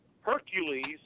Hercules